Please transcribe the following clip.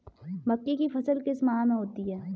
मक्के की फसल किस माह में होती है?